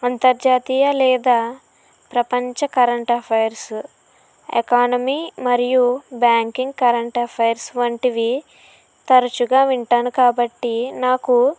అంతర్జాతీయ లేదా ప్రపంచ కరెంట్ అఫైర్స్ ఎకానమీ మరియు బ్యాంకింగ్ కరెంట్ అఫైర్స్ వంటివి తరచుగా వింటాను కాబట్టి నాకు